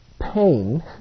pain